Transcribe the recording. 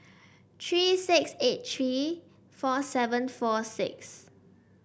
three six eight three four seven four six